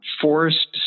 forced